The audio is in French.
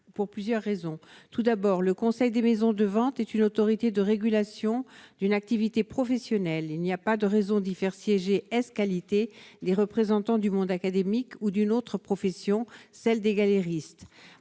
pour plusieurs raisons : tout d'abord le conseil des maisons de vente est une autorité de régulation d'une activité professionnelle, il n'y a pas de raison d'y faire siéger ès qualité des représentants du monde académique ou d'une autre profession celle des galeristes